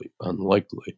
unlikely